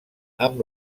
amb